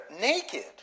naked